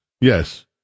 Yes